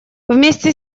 вместе